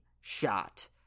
shot